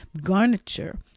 garniture